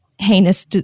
heinous